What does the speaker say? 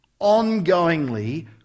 ongoingly